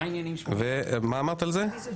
מה אמרת על זה?